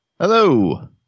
Hello